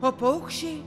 o paukščiai